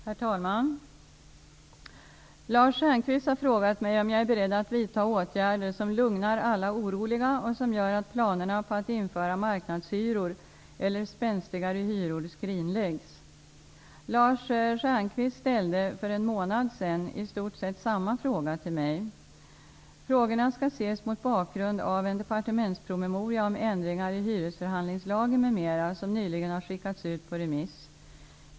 Herr talman! Lars Stjernkvist har frågat mig om jag är beredd att vidta åtgärder som lugnar alla oroliga och som gör att planerna på att införa marknadshyror, eller ''spänstigare'' hyror, skrinläggs. Lars Stjernkvist ställde för en månad sedan i stort sett samma fråga till mig. Frågorna skall ses mot bakgrund av en departementspromemoria om ändringar i hyresförhandlingslagen m.m. som nyligen har skickats ut på remiss.